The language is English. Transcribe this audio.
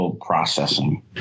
processing